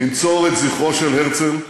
ננצור את זכרו של הרצל,